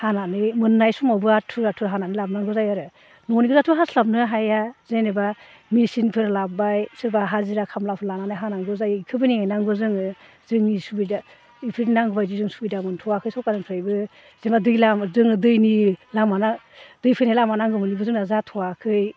हानानै मोननाय समावबो आथुर आथुर हानानै लाबोनांगौ जायो आरो न'निगोजाथ' हास्लाबनो हाया जेनेबा मिचिनफोर लाबबाय सोरबा हाजिरा खामलाफोर लानानै हानांगौ जायो इखोबो नेनांगौ जायो जोङो जोंनि सुबिदा इफोरो नांगौबायदि सुबिदा मोन्थ'वाखै सरखारनिफ्रायनो जेनेबा दैज्लां जोङो दैनि लामा दै फैनाय लामा नांगौमोन इबो जोंना जाथ'वाखै